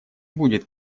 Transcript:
будет